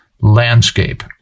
landscape